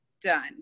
done